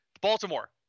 Baltimore